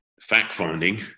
fact-finding